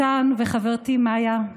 מתן וחברתי מאיה,